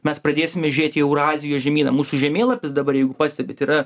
mes pradėsime žiūrėti į eurazijos žemyną mūsų žemėlapis dabar jeigu pastebit yra